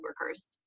workers